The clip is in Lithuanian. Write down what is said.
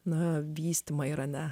na vystymą irane